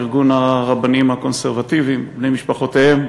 ארגון הרבנים הקונסרבטיבים ובני משפחותיהם,